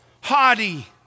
haughty